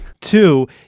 Two